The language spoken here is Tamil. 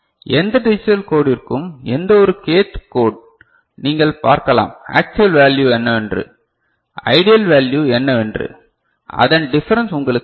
எந்த டிஜிட்டல் கோடிற்கும் எந்தவொரு k th கோட் நீங்கள் பார்க்கலாம் ஆக்சுவல் வேல்யூ என்னவென்று ஐடியல் வேல்யூ என்னவென்று அதன் டிஃபரன்ஸ் உங்களுக்கு ஐ